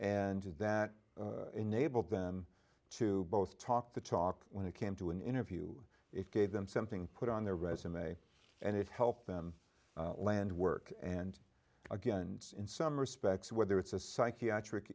and that enabled them to both talk the talk when it came to an interview it gave them something put on their resume and it helped them land work and again in some respects whether it's a psychiatric